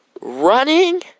running